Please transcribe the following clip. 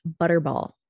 Butterball